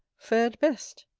fared best.